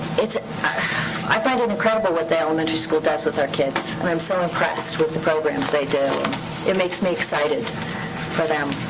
i find it incredible what the elementary school does with our kids, and i'm so impressed with the programs they do, and it makes me excited for them.